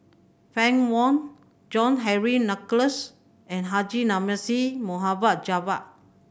Fann Wong John Henry Duclos and Haji Namazie Mohd Javad